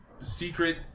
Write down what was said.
secret